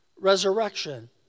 resurrection